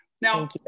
Now